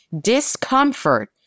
discomfort